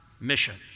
mission